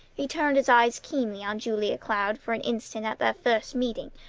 he turned his eyes keenly on julia cloud for an instant at their first meeting,